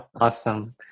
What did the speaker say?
awesome